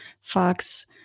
Fox